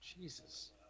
Jesus